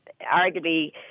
arguably